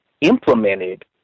implemented